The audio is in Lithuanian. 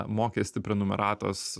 mokestį prenumeratos